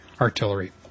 Artillery